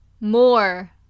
more